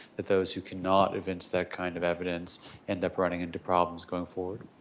that those who cannot evince that kind of evidence end up running into problems going forward.